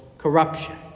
Corruption